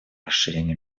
расширения